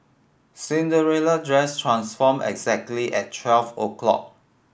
Cinderella dress transformed exactly at twelve o'clock